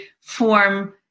form